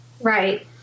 Right